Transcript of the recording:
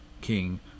king